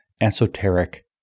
esoteric